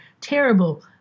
terrible